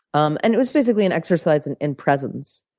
um and it was basically an exercise and in presence.